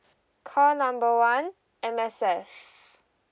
call number one M_S_F